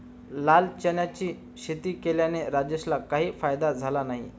लाल चण्याची शेती केल्याने राजेशला काही फायदा झाला नाही